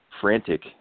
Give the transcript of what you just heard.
frantic